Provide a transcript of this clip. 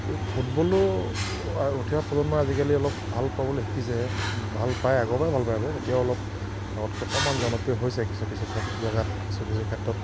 এই ফুটবলো উঠি অহা আ প্ৰজন্মই আজিকালি অলপ ভাল পাবলৈ শিকিছে ভাল পায় আগৰ পৰাই ভাল পায় হ'ব এতিয়াও অলপ আগতকৈ অকণমান জনপ্ৰিয় হৈছে কিছু কিছু খে জেগাত কিছু কিছু ক্ষেত্ৰত